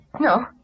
No